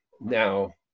now